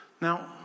Now